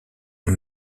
été